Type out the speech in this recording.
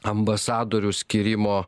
ambasadorių skyrimo